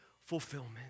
fulfillment